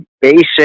basic